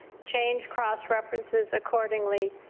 change cross-references accordingly,